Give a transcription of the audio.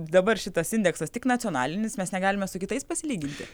dabar šitas indeksas tik nacionalinis mes negalime su kitais pasilyginti